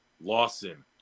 Lawson